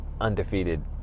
undefeated